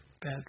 bad